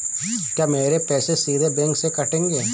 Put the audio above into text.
क्या मेरे पैसे सीधे बैंक से कटेंगे?